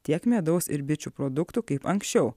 tiek medaus ir bičių produktų kaip anksčiau